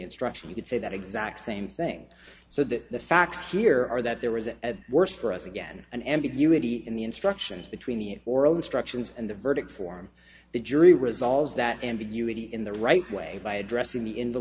instruction you could say that exact same thing so that the facts here are that there was at worst for us again an ambiguity in the instructions between the oral instructions and the verdict form the jury resolves that ambiguity in the right way by addressing the in the